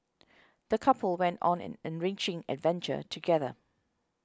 the couple went on an enriching adventure together